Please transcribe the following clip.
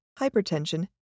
hypertension